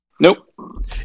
Nope